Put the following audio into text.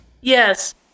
Yes